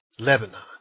Lebanon